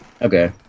Okay